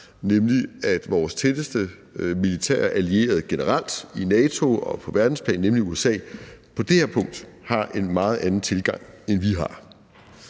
nemlig at vores tætteste militære allierede generelt i NATO og på verdensplan, nemlig USA, på det her punkt har en meget anden tilgang, end vi har.